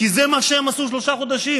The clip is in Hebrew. כי זה מה שהם עשו שלושה חודשים.